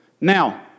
Now